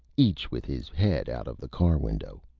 each with his head out of the car window.